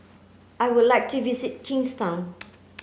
I would like to visit Kingstown